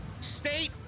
state